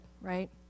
right